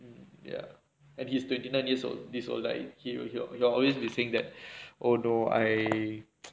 ya and he's twenty nine years old is all lie he'll he'll always be saying that all lie